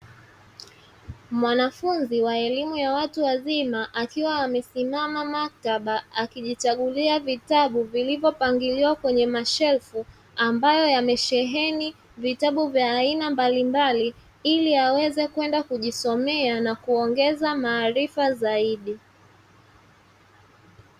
Mwanafunzi wa elimu ya watu wazima akiwa amesimama maktaba akijichagulia vitabu vilivyo pangiliwa kwenye mashelfu ambayo yamesheheni vitabu vya aina mbalimbali ili aweze kwenda kujisomea na kuongeza maarifa zaidi.